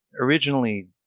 originally